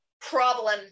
problem